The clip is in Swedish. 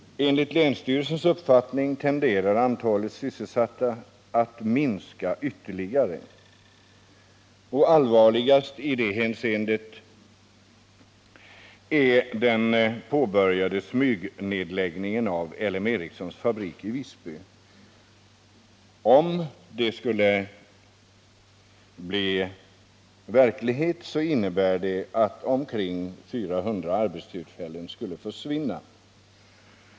Enligt länsstyrelsens uppfattning tenderar antalet sysselsatta att minska ytterligare. Allvarligast är i detta hänseende den påbörjade smygnedläggningen av L M Ericssons fabrik i Visby. Om den nedläggningen skulle bli verklighet, innebär det att omkring 400 arbetstillfällen skulle försvinna.